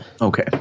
Okay